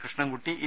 Krishnankutty A